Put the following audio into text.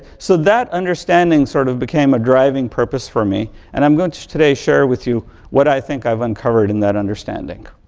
so, that understanding sort of became a driving purpose for me. and i'm going to today share with you what i think i've uncovered in that understanding.